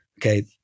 okay